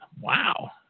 Wow